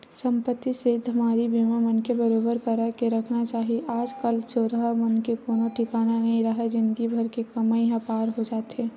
संपत्ति सेंधमारी बीमा मनखे बरोबर करा के रखना चाही आज कल चोरहा मन के कोनो ठिकाना नइ राहय जिनगी भर के कमई ह पार हो जाथे